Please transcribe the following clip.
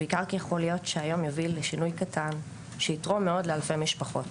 בעיקר כי יכול להיות שהיום יביא לשינוי קטן שיתרום מאוד לאלפי משפחות.